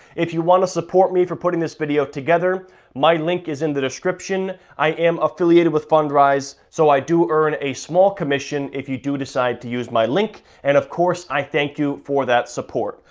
if you want to support me for putting this video together my link is in the description. i am affiliated with fundrise, so i do earn a small commission if you do decide to use my link. and of course i thank you for that support.